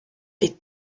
est